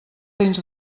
dins